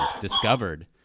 discovered